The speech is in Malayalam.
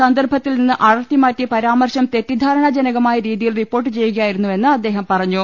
സന്ദർഭത്തിൽ നിന്ന് അടർത്തിമാറ്റി പരാമർശം തെറ്റിദ്ധാരണാജനകമായ രീതി യിൽ റിപ്പോർട്ട് ചെയ്യുകയായിരുന്നുവെന്ന് അദ്ദേഹം പറഞ്ഞു